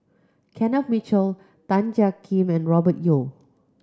Kenneth Mitchell Tan Jiak Kim and Robert Yeo